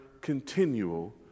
continual